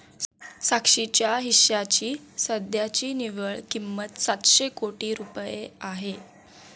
साक्षीच्या हिश्श्याची सध्याची निव्वळ किंमत सातशे कोटी रुपये आहे